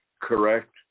correct